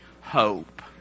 hope